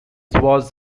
was